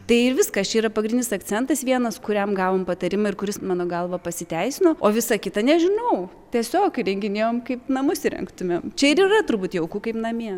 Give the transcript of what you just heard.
tai viskas čia yra pagrindinis akcentas vienas kuriam gavom patarimą ir kuris mano galva pasiteisino o visa kita nežinau tiesiog įrenginėjom kaip namus įrengtumėm čia ir yra turbūt jauku kaip namie